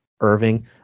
Irving